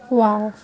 wow